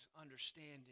understanding